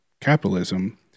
capitalism